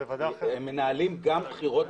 היא מנהלת גם בחירות.